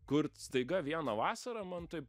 kur staiga vieną vasarą man taip